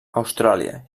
austràlia